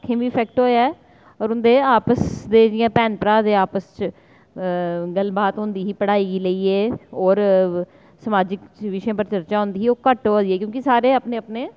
अक्खीं बी इफैक्ट होआ ऐ होर उं'दे आपस दे जि'यां भैन भ्राऽ दे आपस च गल्ल बात होंदी ही पढ़ाई गी लेइयै होर समाजिक विशें पर चर्चा होंदी ही ओह् घट्ट होआ दी ऐ क्योंकि सारे अपने अपने